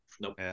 Nope